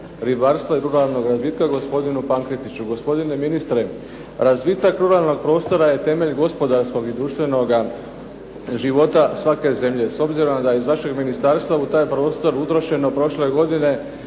ribarstva i ruralnog razvitka, gospodinu Pankretiću. Gospodine ministre, razvitak ruralnog prostora je temelj gospodarskog i društvenoga života svake zemlje. S obzirom da je iz vašeg ministarstva u taj prostor utrošeno prošle godine